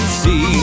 see